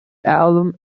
album